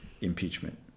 impeachment